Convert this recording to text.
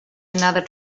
another